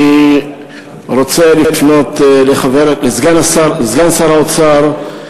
אני רוצה לפנות לסגן שר האוצר,